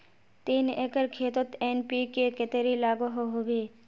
तीन एकर खेतोत एन.पी.के कतेरी लागोहो होबे?